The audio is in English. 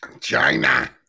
China